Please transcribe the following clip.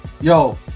Yo